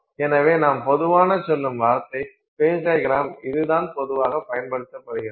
எனவே நாம் பொதுவான சொல்லும் வார்த்தை ஃபேஸ் டையக்ரம் இதுதான் பொதுவாகப் பயன்படுத்தப்படுகிறது